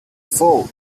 four